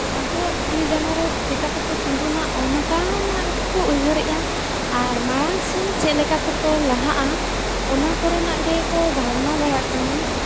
ᱟᱠᱚᱣᱟᱜ ᱛᱤᱼᱡᱟᱸᱜᱟ ᱨᱮ ᱪᱤᱠᱟᱹᱛᱮᱠᱚ ᱛᱤᱸᱜᱩᱱᱟ ᱚᱱᱠᱟᱱᱟᱜ ᱜᱮᱠᱚ ᱩᱭᱦᱟᱹᱨᱮᱜᱼᱟ ᱟᱨ ᱢᱟᱲᱟᱝ ᱥᱮᱱ ᱪᱮᱫᱞᱮᱠᱟ ᱛᱮᱠᱚ ᱞᱟᱦᱟᱜᱼᱟ ᱚᱱᱟ ᱠᱚᱨᱮᱱᱟᱜ ᱜᱮᱠᱚ ᱵᱷᱟᱵᱽᱱᱟ ᱵᱟᱲᱟᱜ ᱠᱟᱱᱟ